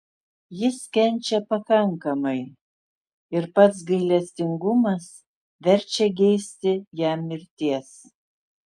jis kenčia pakankamai ir pats gailestingumas verčia geisti jam mirties